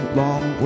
long